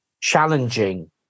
challenging